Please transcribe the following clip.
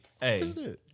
hey